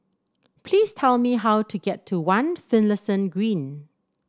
please tell me how to get to One Finlayson Green